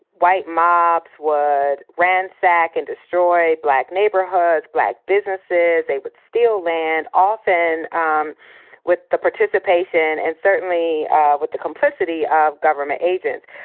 white mobs would ransack and destroy black neighborhoods, black businesses. they would steal land, often um with the participation and certainly with the complicity of government agents.